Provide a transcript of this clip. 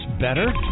better